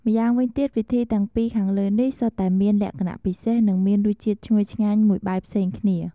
ម្យ៉ាងវិញទៀតវិធីទាំងពីរខាងលើនេះសុទ្ធតែមានលក្ខណៈពិសេសនិងមានរសជាតិឈ្ងុយឆ្ងាញ់មួយបែបផ្សេងពីគ្នា។